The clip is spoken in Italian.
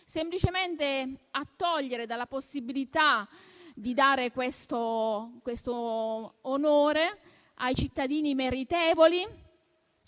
Semplicemente a eliminare la possibilità di dare questo onore ai cittadini meritevoli,